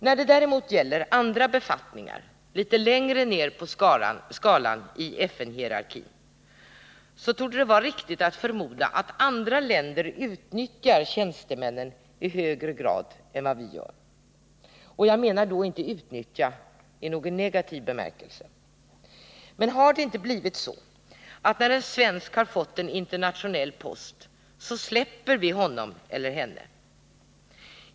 När det däremot gäller andra befattningar litet längre ned på skalan i FN-hierarkin torde det vara riktigt att förmoda att andra länder utnyttjar tjänstemännen i högre grad än vad vi gör. Jag menar då inte utnyttja i någon negativ bemärkelse. Men har det inte blivit så, att när en svensk har fått en internationell post så släpper vi honom eller henne.